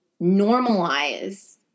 normalize